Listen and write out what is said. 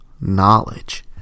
Knowledge